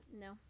no